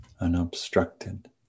unobstructed